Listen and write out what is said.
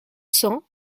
cents